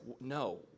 no